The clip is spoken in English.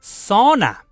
Sauna